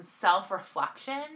self-reflection